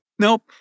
Nope